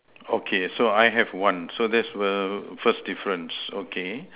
okay so I have one so that were first difference okay